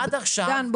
דן,